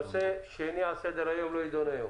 הנושא השני לסדר-היום לא יידון היום.